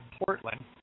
Portland